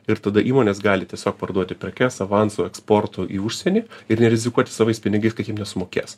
ir tada įmonės gali tiesiog parduoti prekes avansu eksportu į užsienį ir nerizikuoti savais pinigais kad jiem nesumokės